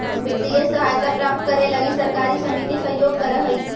वित्तीय सहायता प्राप्त करे लगी सहकारी समिति सहयोग करऽ हइ